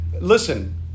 listen